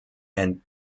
and